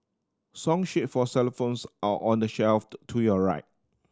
song sheet for xylophones are on the shelf to your right